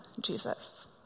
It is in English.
Jesus